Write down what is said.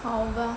好吧